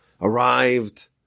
arrived